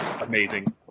amazing